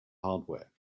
hardware